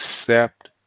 accept